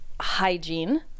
hygiene